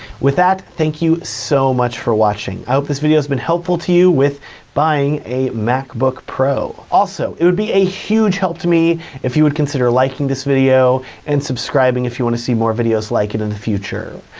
with that, thank you so much for watching. i hope this video has been helpful to you with buying a macbook pro. also, it would be a huge help to me if you would consider liking this video and subscribing, if you wanna see more videos like it in the future.